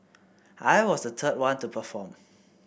I was the third one to perform